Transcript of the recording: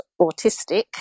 autistic